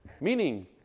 Meaning